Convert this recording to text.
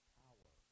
power